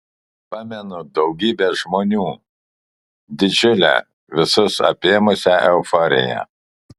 pamenu daugybę žmonių didžiulę visus apėmusią euforiją